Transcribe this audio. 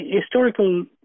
historical